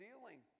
dealing